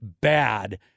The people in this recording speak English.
bad